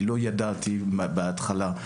אני לא ידעתי בהתחלה,